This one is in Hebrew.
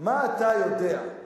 מה אתה יודע?